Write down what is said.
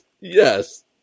yes